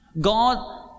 God